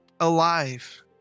alive